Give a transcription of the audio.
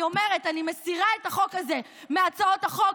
אני אומרת: אני מסירה את החוק הזה מהצעות החוק,